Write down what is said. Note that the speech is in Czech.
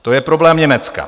To je problém Německa.